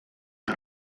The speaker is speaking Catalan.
que